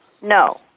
No